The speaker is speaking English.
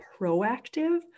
proactive